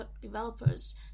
developers